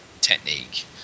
technique